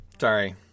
Sorry